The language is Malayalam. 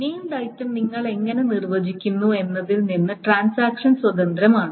നേംഡ് ഐറ്റമ് നിങ്ങൾ എങ്ങനെ നിർവചിക്കുന്നു എന്നതിൽ നിന്ന് ട്രാൻസാക്ഷൻ സ്വതന്ത്രമാണ്